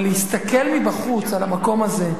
אבל להסתכל מבחוץ על המקום הזה,